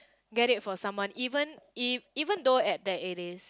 get it for someone even if even though at that it is